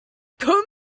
good